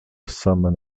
summon